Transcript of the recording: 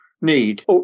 need